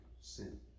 sin